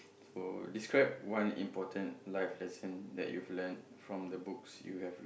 so describe one important life lesson that you've learnt from the books you have borrowed